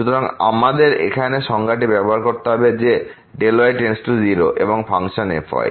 সুতরাং আমাদের এখন সংজ্ঞাটি ব্যবহার করতে হবে যে Δy → 0 এবং ফাংশন f